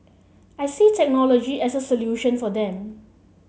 I see technology as a solution for them